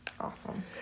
awesome